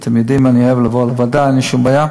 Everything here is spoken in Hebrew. אתם יודעים שאני אוהב לבוא לוועדה, ואני שומע.